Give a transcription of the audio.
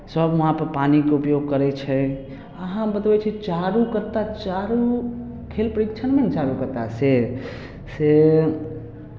सभ वहाँपे पानिके उपयोग करै छै अहाँ बतबै छी चारू कत्ता चारू खेल परीक्षणमे ने चारू कत्तासँ से